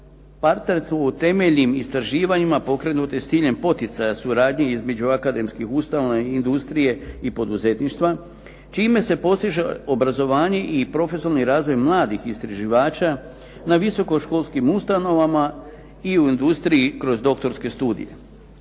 partnerstva u temeljnim istraživanjima pokrenut je s ciljem poticaja suradnje između akademskih ustanova i industrije i poduzetništva, čime se postiže obrazovanje i profesionalni razvoj mladih istraživača na visokoškolskim ustanovama i u industriji kroz doktorske studije.